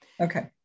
Okay